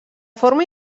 forma